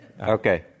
Okay